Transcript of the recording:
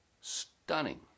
Stunning